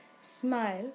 smile